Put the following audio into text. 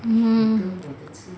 mm